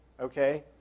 okay